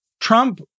Trump